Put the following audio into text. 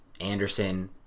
anderson